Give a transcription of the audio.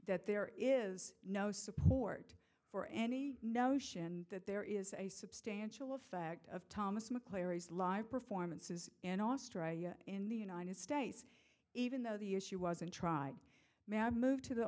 that there is no support for any notion that there is a substantial effect of thomas mcclary sly performances in australia in the united states even though the issue wasn't try mab moved to the